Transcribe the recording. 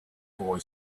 boy